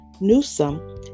Newsom